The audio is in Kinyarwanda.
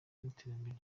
n’iterambere